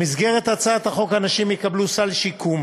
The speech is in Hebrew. במסגרת הצעת החוק הנשים יקבלו סל שיקום